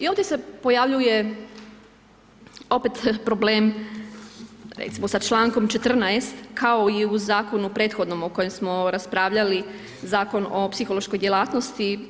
I ovdje se pojavljuje opet problem, recimo sa čl. 14., kao i u Zakonu prethodnom o kojem smo raspravljali, Zakon o psihološkoj djelatnosti.